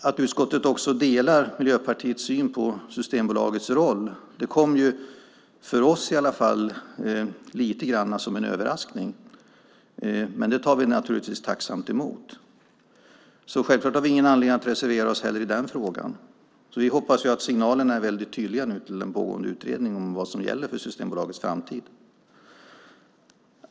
Att utskottet också delar Miljöpartiets syn på Systembolagets roll kom för oss i alla fall lite grann som en överraskning, men det tar vi naturligtvis tacksamt emot. Självklart har vi ingen anledning att reservera oss heller i den frågan. Vi hoppas att signalerna är tydliga nu till den pågående utredningen om vad som gäller för Systembolagets framtid.